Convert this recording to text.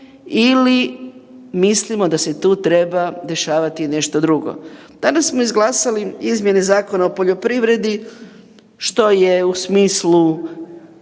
ili mislimo da se tu treba dešavati nešto drugo. Danas smo izglasali izmjene Zakona o poljoprivredi što je u smislu